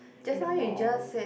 in the mall